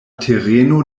tereno